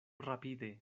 rapide